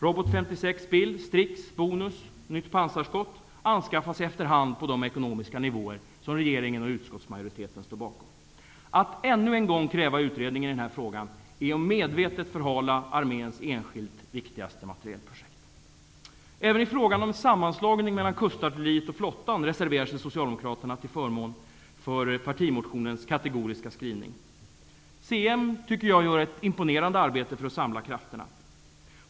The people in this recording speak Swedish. Robot 56 BILL, Strix, Bonus och nytt pansarskott anskaffas efter hand på de ekonomiska nivåer som regeringen föreslår. Att än en gång kräva utredning i denna fråga är att medvetet förhala arméns enskilt viktigaste materielprojekt. Även i frågan om sammanslagning av kustartilleriet och flottan reserverar sig Socialdemokraterna till förmån för partimotionens kategoriska skrivning. Jag tycker att chefen för Marinen gör ett imponerande arbete för att samla krafterna.